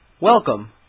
Welcome